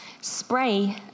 spray